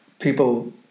people